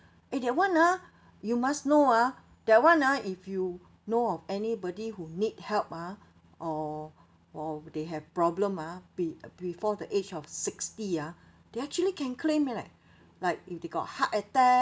eh that [one] ah you must know ah that [one] ah if you know of anybody who need help ah or or they have problem uh be~ before the age of sixty ah they actually can claim eh leh like if they got heart attack